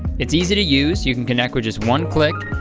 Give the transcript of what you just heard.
it's easy to use. you can connect with just one click.